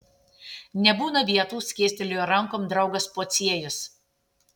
nebūna vietų skėstelėjo rankom draugas pociejus